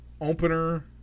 opener